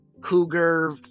cougar